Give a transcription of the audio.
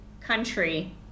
country